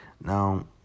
Now